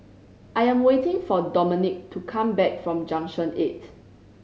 I am waiting for Domenic to come back from Junction Eight